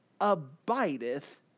abideth